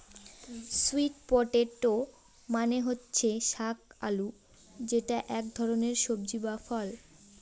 sweet potato মানে হচ্ছে শাক আলু যেটা এক ধরনের সবজি বা ফল